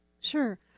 Sure